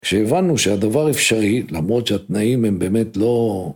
כשהבנו שהדבר אפשרי, למרות שהתנאים הם באמת לא...